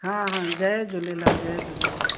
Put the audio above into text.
हा हा जय झूलेलाल जय झूलेलाल